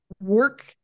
work